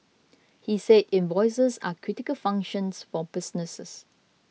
he said invoices are critical functions for businesses